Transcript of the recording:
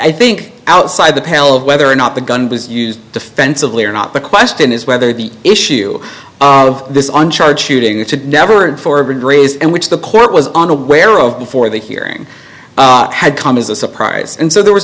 i think outside the pale of whether or not the gun was used defensively or not the question is whether the issue of this on charge shooting should never and for been raised and which the court was unaware of before the hearing had come as a surprise and so there was